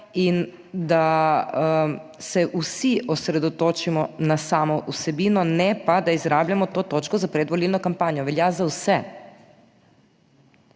in da se vsi osredotočimo na samo vsebino, ne pa da izrabljamo to točko za predvolilno kampanjo. Velja za vse.